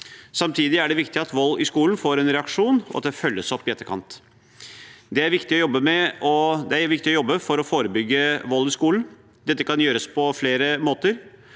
Samtidig er det viktig at vold i skolen får en reaksjon, og at det følges opp i etterkant. Det er viktig å jobbe for å forebygge vold i skolen, og dette kan gjøres på flere måter.